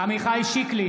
עמיחי שיקלי,